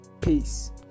Peace